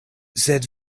sed